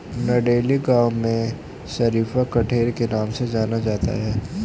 नंदेली गांव में शरीफा कठेर के नाम से जाना जाता है